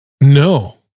No